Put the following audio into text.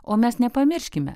o mes nepamirškime